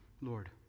lord